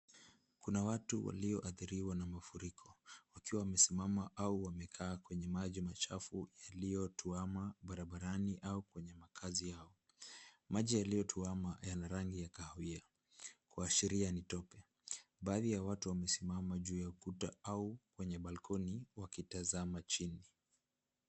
Kuna watu walioathiriwa na mafuriko wakiwa wamesimama au wamekaa kwenye maji machafu yaliyotuama barabarani au kwenye makazi yao. Maji yaliyotuama yana rangi ya kahawia kuashiria ni tope. Baadhi ya watu wamesimama juu ya ukuta au kwenye balkoni wakitazama chini.